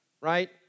right